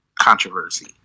controversy